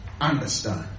understand